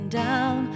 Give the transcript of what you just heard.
down